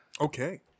Okay